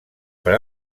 per